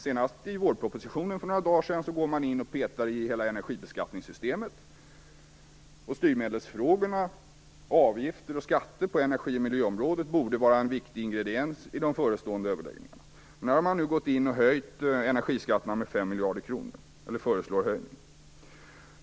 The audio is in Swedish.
Senast i vårpropositionen för några dagar sedan går man in och petar i hela energibeskattningssystemet. Styrmedelsfrågorna, avgifter och skatter på energi och miljöområdet, borde vara en viktigt ingrediens i de förestående överläggningarna. Nu har man gått in och föreslagit en höjning av energiskatterna med fem miljarder kronor.